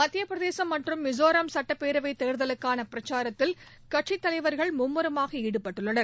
மத்தியப்பிரதேசம் மற்றும் மிசோரம் சுட்டப்பேரவை தேர்தலுக்கான பிரச்சாரத்தில் கட்சி தலைவர்கள் மும்முரமாக ஈடுப்பட்டுள்ளனர்